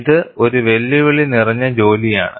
ഇത് ഒരു വെല്ലുവിളി നിറഞ്ഞ ജോലിയാണ്